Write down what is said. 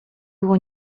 było